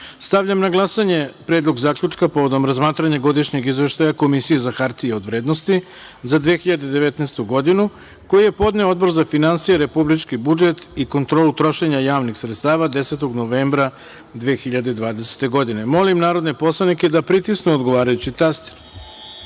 na glasanje Predlog zaključka povodom razmatranja Godišnjeg izveštaja Komisije za hartije od vrednosti, za 2019. godinu, koji je podneo Odbor za finansije, republički budžet i kontrolu trošenja javnih sredstava 10. novembra 2020. godine. Molim narodne poslanike da pritisnu odgovarajući